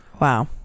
wow